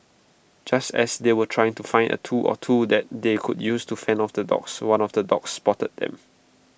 just as they were trying to find A tool or two that they could use to fend off the dogs one of the dogs spotted them